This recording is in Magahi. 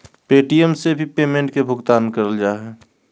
पे.टी.एम से भी पेमेंट के भुगतान करल जा हय